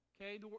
okay